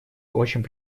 очень